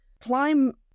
climb